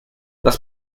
las